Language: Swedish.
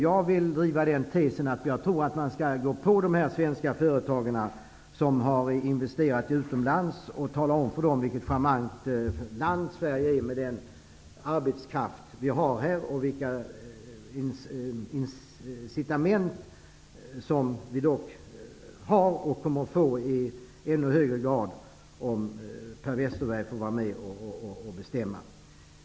Jag vill driva tesen att man skall gå på dessa svenska företag som har investerat utomlands och tala om för dem vilket charmant land Sverige är med den arbetskraft vi har här, och vilka incitament som vi dock har och i ännu högre grad kommer att få om Per Westerberg får vara med och bestämma.